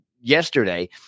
yesterday